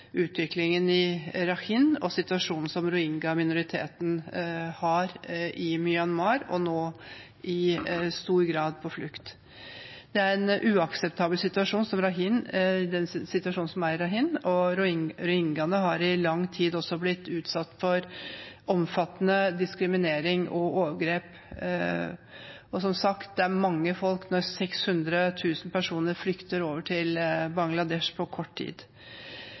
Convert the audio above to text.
utviklingen i Rakhine og situasjonen som rohingya-minoriteten er i, både i Myanmar og nå i stor grad på flukt. Det er en uakseptabel situasjon i Rakhine, og rohingyaene har i lang tid blitt utsatt for omfattende diskriminering og overgrep. Som sagt: Det er mange folk når 600 000 personer flykter over til Bangladesh på kort tid.